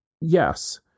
yes